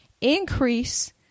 increase